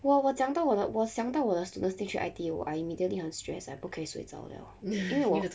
我我讲到我的我想到我的 students 进去 I_T_E I immediately 很 stress ah 不可以睡着 liao 因为我